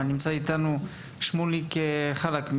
ונמצא איתנו שמוליק חלק,